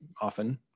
often